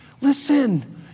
Listen